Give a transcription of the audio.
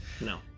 No